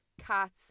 Cats